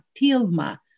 tilma